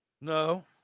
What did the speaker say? No